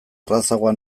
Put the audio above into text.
errazagoa